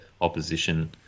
opposition